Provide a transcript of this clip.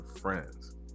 friends